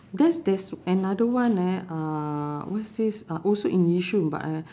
there's there's another one eh uh what's this uh also in yishun but I